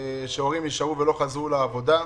כי הורים נשארו בבית ולא חזרו לעבודה.